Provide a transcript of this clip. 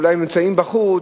אולי הם נמצאים בחוץ,